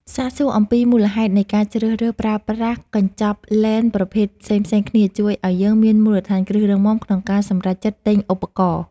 សាកសួរអំពីមូលហេតុនៃការជ្រើសរើសប្រើប្រាស់កញ្ចក់លែនប្រភេទផ្សេងៗគ្នាជួយឱ្យយើងមានមូលដ្ឋានគ្រឹះរឹងមាំក្នុងការសម្រេចចិត្តទិញឧបករណ៍។